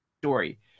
story